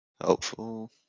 Helpful